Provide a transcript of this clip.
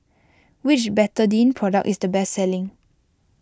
which Betadine product is the best selling